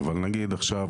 בוודאי שעושים לפי ההצעה